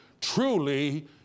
truly